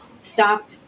stop